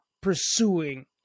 pursuing